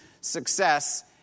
success